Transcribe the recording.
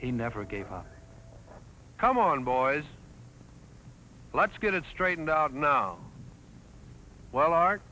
he never gave up come on boys let's get it straightened out now while our